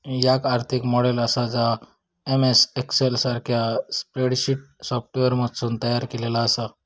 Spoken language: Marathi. याक आर्थिक मॉडेल आसा जा एम.एस एक्सेल सारख्या स्प्रेडशीट सॉफ्टवेअरमधसून तयार केलेला आसा